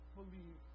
believe